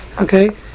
Okay